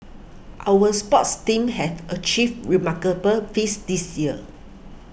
our sports teams have achieved remarkable feats this year